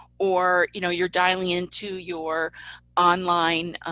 or you know you're dialing into your online,